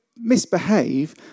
Misbehave